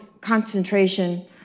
concentration